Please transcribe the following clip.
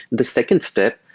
the second step,